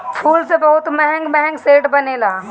फूल से बहुते महंग महंग सेंट बनेला